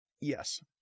Yes